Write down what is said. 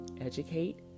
educate